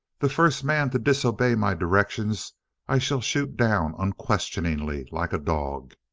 the first man to disobey my directions i shall shoot down unquestioningly, like a dog.